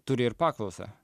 turi ir paklausą